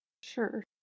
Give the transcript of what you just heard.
Sure